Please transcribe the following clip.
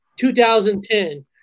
2010